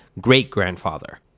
great-grandfather